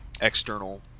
external